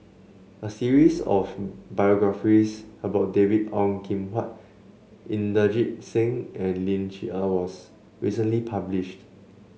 a series of biographies about David Ong Kim Huat Inderjit Singh and Ling Cher Eng was recently published